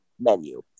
menu